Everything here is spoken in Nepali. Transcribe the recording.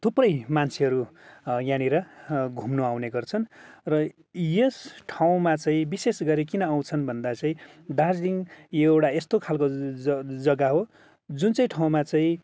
थुप्रै मान्छेहरू यहाँनिर घुम्नु आउने गर्छन् र यस ठाउँमा चाहिँ विशेष गरी किन आउँछन् भन्दा चाहिँ दार्जिलिङ यो एउटा यस्तो खाल्को जग्गा हो जुन चाहिँ ठाउँमा चाहिँ